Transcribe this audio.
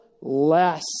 less